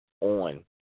on